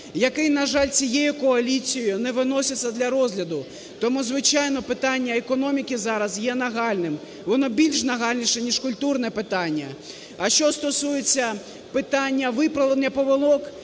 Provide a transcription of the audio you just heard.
який, на жаль, цією коаліцією не виноситься для розгляду. Тому, звичайно, питання економіки зараз є нагальним. Воно більш нагальніше, ніж культурне питання. А що стосується питання виправлення помилок,